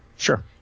Sure